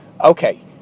Okay